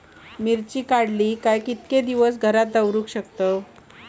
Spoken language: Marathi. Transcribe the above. मिर्ची काडले काय कीतके दिवस घरात दवरुक शकतू?